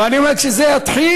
אבל אני אומר, כשזה יתחיל,